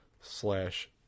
slash